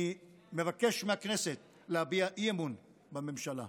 אני מבקש מהכנסת להביע אי-אמון בממשלה.